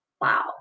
Wow